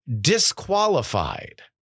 disqualified